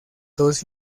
dos